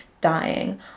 dying